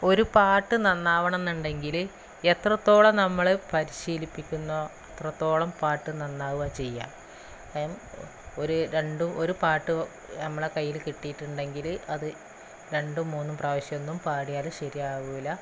ഒരു പാട്ട് നന്നാവണമെന്നുണ്ടെങ്കില് എത്രത്തോളം നമ്മള് പരിശീലിപ്പിക്കുന്നുവോ അത്രത്തോളം പാട്ട് നന്നാവുകയാണ് ചെയ്യുക ഒരു രണ്ട് ഒരു പാട്ട് നമ്മളെ കയ്യില് കിട്ടിയിട്ടുണ്ടെങ്കില് അത് രണ്ട് മൂന്നു പ്രാവശ്യമൊന്നും പാടിയാല് ശരിയാകില്ല